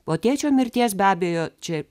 po tėčio mirties be abejo čia